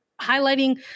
highlighting